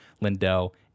Lindell